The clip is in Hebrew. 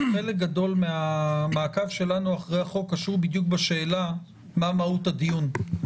חלק גדול מהמעקב שלנו אחרי החוק קשור בדיוק בשאלה מה מהות הדיון.